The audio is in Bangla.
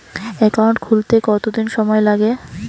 একাউন্ট খুলতে কতদিন সময় লাগে?